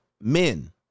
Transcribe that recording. men